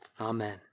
Amen